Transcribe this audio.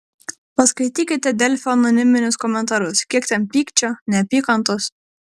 paskaitykite delfio anoniminius komentarus kiek ten pykčio neapykantos